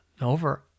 Over